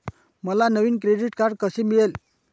मला नवीन credit card कसे मिळेल?